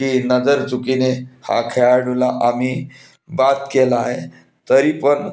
की नजरचुकीने हा खेळाडूला आम्ही बाद केला आहे तरी पण